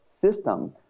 system